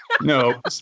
No